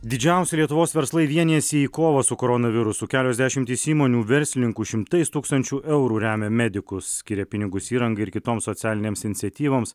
didžiausi lietuvos verslai vienijasi į kovą su koronavirusu kelios dešimtys įmonių verslininkų šimtais tūkstančių eurų remia medikus skiria pinigus įrangai ir kitoms socialinėms iniciatyvoms